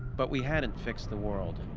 but we hadn't fixed the world.